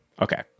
Okay